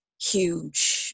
huge